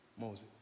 Moses